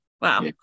wow